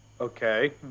Okay